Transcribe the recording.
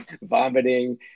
vomiting